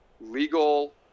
legal